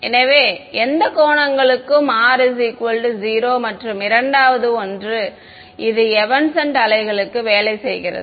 எனவே எந்த கோணங்கள் க்கும் R 0 மற்றும் இரண்டாவது ஒன்று இது எவனெஸ்ண்ட் அலைகளுக்கு வேலை செய்கிறது